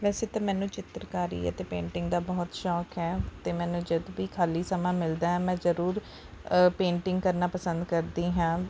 ਵੈਸੇ ਤਾਂ ਮੈਨੂੰ ਚਿੱਤਰਕਾਰੀ ਅਤੇ ਪੇਂਟਿੰਗ ਦਾ ਬਹੁਤ ਸ਼ੌਂਕ ਹੈ ਅਤੇ ਮੈਨੂੰ ਜਦ ਵੀ ਖਾਲੀ ਸਮਾਂ ਮਿਲਦਾ ਹੈ ਮੈਂ ਜ਼ਰੂਰ ਪੇਂਟਿੰਗ ਕਰਨਾ ਪਸੰਦ ਕਰਦੀ ਹਾਂ